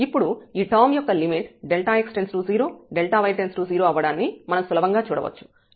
ఇప్పుడు ఈ టర్మ్ యొక్క లిమిట్ Δx→0 Δy→0 అవ్వడాన్ని మనం సులభంగా చూడవచ్చు